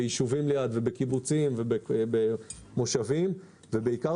ביישובים ליד ובקיבוצים ובמושבים ובעיקר